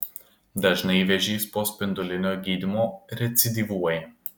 dažnai vėžys po spindulinio gydymo recidyvuoja